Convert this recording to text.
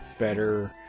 better